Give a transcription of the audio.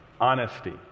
honesty